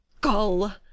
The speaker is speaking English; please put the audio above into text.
gull